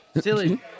Silly